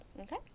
okay